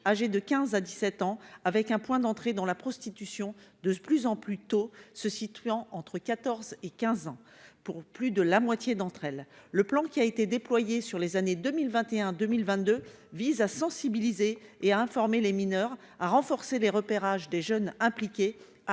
âgées de 15 à 17 ans, avec un point d'entrée dans la prostitution, de plus en plus tôt, se situant entre 14 et 15 ans pour plus de la moitié d'entre elles, le plan qui a été déployé sur les années 2021 2022 vise à sensibiliser et à informer les mineurs à renforcer les repérages des jeunes impliqués